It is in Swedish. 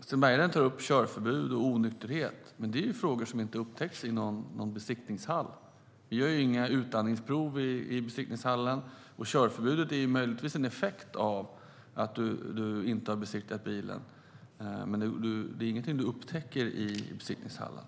Sten Bergheden tar upp körförbud och onykterhet, men det är ju frågor som inte upptäcks i någon besiktningshall. Vi gör inga utandningsprov i besiktningshallen. Körförbudet är möjligtvis en effekt av att du inte har besiktat bilen, men det är ingenting som upptäcks i besiktningshallen.